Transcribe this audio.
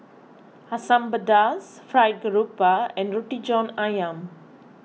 Asam Pedas Fried Grouper and Roti John Ayam